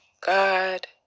God